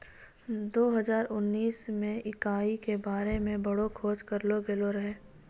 दो हजार उनैस मे इकाई के बारे मे बड़ो खोज करलो गेलो रहै